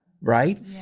right